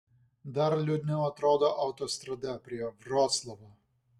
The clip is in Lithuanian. dar liūdniau atrodo autostrada prie vroclavo